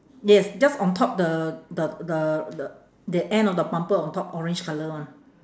yes just on top the the the the the end of the bumper on top orange colour one